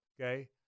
okay